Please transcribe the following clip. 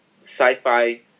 sci-fi